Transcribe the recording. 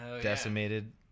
decimated